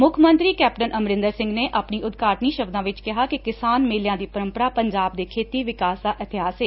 ਮੁੱਖ ਮੰਤਰੀ ਕੈਪਟਨ ਅਮਰਿੰਦਰ ਸਿੰਘ ਨੇ ਆਪਣੀ ਉਦਘਾਟਨੀ ਸ਼ਬਦਾਂ ਵਿਚ ਕਿਹਾ ਕਿ ਕਿਸਾਨ ਮੇਲਿਆਂ ਦੀ ਪਰੰਪਰਾ ਪੰਜਾਬ ਦੇ ਖੇਤੀ ਵਿਕਾਸ ਦਾ ਇਤਿਹਾਸ ਏ